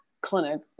clinic